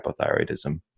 hypothyroidism